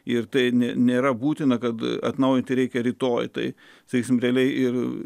ir tai nėra būtina kad atnaujinti reikia rytoj tai sakysime realiai ir